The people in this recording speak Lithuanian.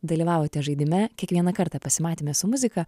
dalyvavote žaidime kiekvieną kartą pasimatyme su muzika